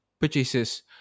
purchases